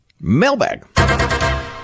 Mailbag